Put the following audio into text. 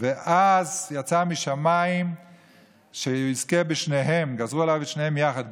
ואז יצא משמיים שיזכה בשתיהן,